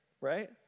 right